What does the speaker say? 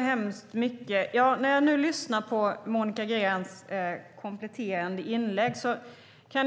Fru talman! När jag nu lyssnar på Monica Greens kompletterande inlägg kan